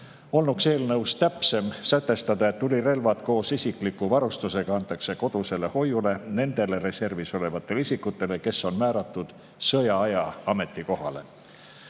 olnuks eelnõus täpsem sätestada, et tulirelvad koos isikliku varustusega antakse kodusele hoiule nendele reservis olevatele isikutele, kes on määratud sõjaaja ametikohale.